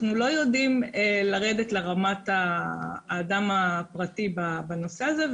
אנחנו לא יודעים לרדת לרמת האדם הפרטי בנושא הזה,